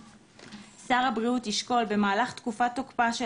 12.שר הבריאות ישקול במהלך תקופת תוקפה של